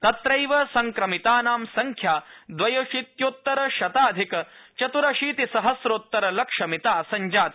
तत्रैव संक्रमितानां संख्या द्वयशीत्योतरशताधिक चत्रशीतिसहस्रोतर लक्षमिता सञ्जाता